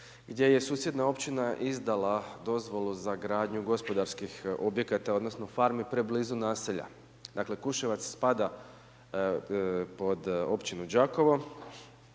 gdje je susjedna općina izdala dozvolu za gradnju gospodarskih objekata odnosno farmi preblizu naselja. Dakle Kuševac spada pod općinu Đakovo,